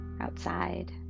outside